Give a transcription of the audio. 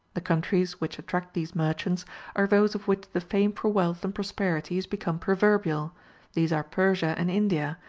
the countries which attract these merchants are those of which the fame for wealth and prosperity is become proverbial these are persia and india,